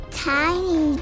tiny